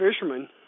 fishermen